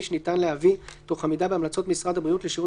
שניתן להביא תוך עמידה בהמלצות משרד הבריאות לשירות